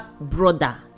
brother